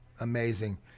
amazing